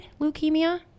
leukemia